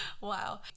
Wow